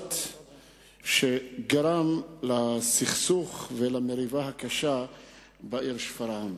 מוסת שגרם לסכסוך ולמריבה הקשה בעיר שפרעם.